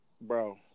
bro